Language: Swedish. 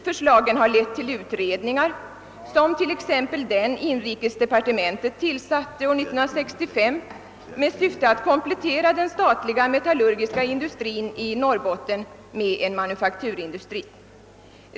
Förslagen har lett till utredningar som t.ex. den som inrikesmi nistern tillsatte år 1965 med syfte att komplettera den statliga metallurgiska industrin i Norrbotten med en manufakturindustri.